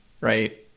right